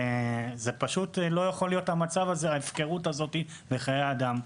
פשוט לא יכולה להיות ההפקרות הזאת בחיי אדם.